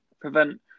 prevent